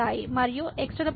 మరియు xnn